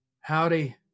Howdy